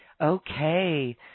Okay